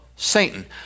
Satan